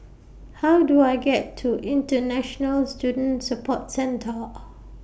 How Do I get to International Student Support Centre